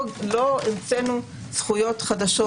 לא המצאנו זכויות חדשות,